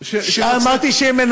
אמרתי שהם,